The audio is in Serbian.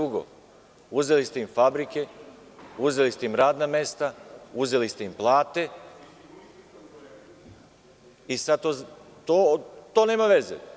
Uzeli ste im fabrike, uzeli ste im radna mesta, uzeli ste im plate i sad to nema veze.